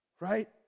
right